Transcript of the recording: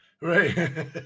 Right